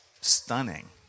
stunning